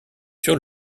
sur